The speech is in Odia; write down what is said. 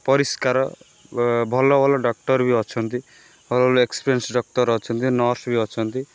ପରିଷ୍କାର ଭଲ ଭଲ ଡକ୍ଟର୍ ବି ଅଛନ୍ତି ହୋଲ୍ ଏକ୍ସପ୍ରିଏନ୍ସ୍ ଡକ୍ଟର୍ ଅଛନ୍ତି ନର୍ସ୍ ବି ଅଛନ୍ତି